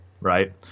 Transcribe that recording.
right